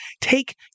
take